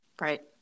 Right